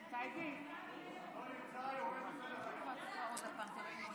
הוא לא נמצא, יורד מסדר-היום.